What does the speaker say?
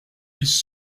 his